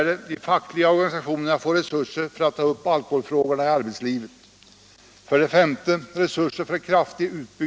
De fackliga organisationerna får resurser för att ta upp alkoholfrågorna i arbetslivet.